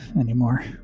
anymore